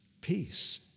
Peace